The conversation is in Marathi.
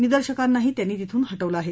निदर्शकांनाही त्यांनी तिथून हटवलं आहे